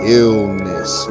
illness